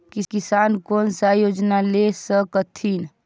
किसान कोन सा योजना ले स कथीन?